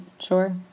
sure